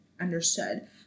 understood